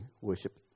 worship